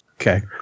Okay